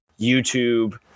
YouTube